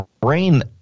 brain